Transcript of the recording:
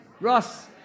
Ross